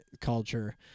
culture